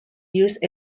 used